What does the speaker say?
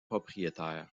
propriétaire